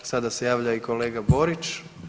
Sada se javlja i kolega Borić.